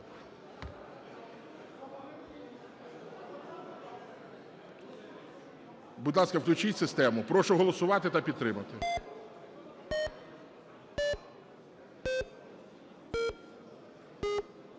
Будь ласка, включіть систему. Прошу голосувати та підтримати.